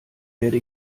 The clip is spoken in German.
werde